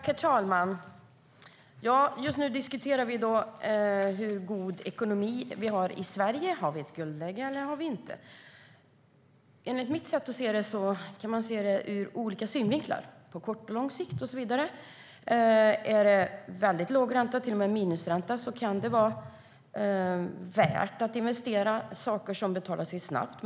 Herr talman! Just nu diskuterar vi hur god ekonomi vi har i Sverige. Har vi ett guldläge eller har vi det inte? Man kan se det ur olika synvinklar, på kort eller lång sikt. Är det väldigt låg ränta - till och med minusränta - kan det vara värt att investera i saker som betalar sig snabbt.